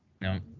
no